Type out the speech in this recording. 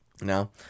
No